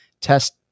test